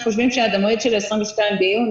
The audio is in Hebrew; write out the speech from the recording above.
אנחנו חושבים שעד המועד של ה-22 ביוני,